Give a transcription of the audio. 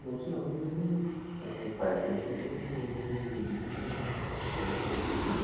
বলছি আপনাদের এখানে পাইকারি রেটে কি আমি বিভিন্ন জামা কাপড় পেতে পারি